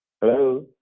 Hello